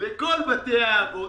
ולכל בתי האבות.